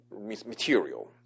material